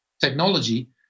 Technology